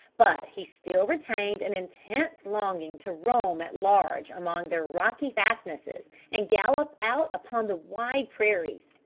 but he still retained an intense longing to roam at large among their rocky fastnesses, and gallop out upon the wide prairies.